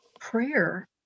prayer